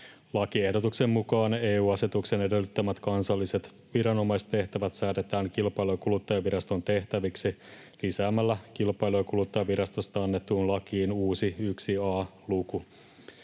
Lakiehdotuksen mukaan EU-asetuksen edellyttämät kansalliset viranomaistehtävät säädetään Kilpailu- ja kuluttajaviraston tehtäviksi lisäämällä Kilpailu- ja kuluttajavirastosta annettuun lakiin uusi 1 a luku.